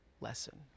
lesson